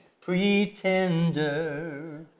pretender